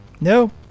No